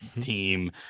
team